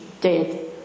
dead